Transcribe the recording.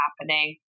happening